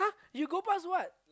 you go past what